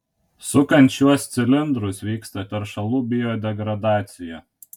sukant šiuos cilindrus vyksta teršalų biodegradacija